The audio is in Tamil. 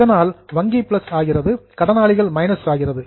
இதனால் வங்கி பிளஸ் ஆகிறது கடனாளிகள் மைனஸ் ஆகிறது